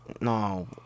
No